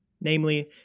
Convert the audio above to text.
Namely